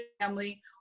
family